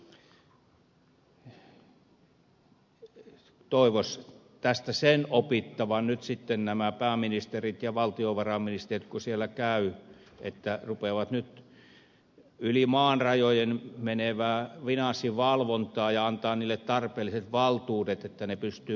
toivoisi tästä sen opittavan nyt sitten että kun nämä pääministerit ja valtiovarainministerit siellä käyvät että rupeavat nyt yli maan rajojen menevään finanssivalvontaan ja täytyy antaa heille tarpeelliset valtuudet että he pystyvät valvomaan